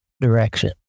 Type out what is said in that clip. direction